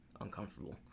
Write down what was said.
uncomfortable